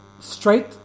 straight